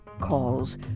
calls